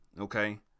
Okay